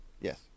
yes